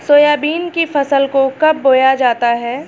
Soybean की फसल को कब बोया जाता है?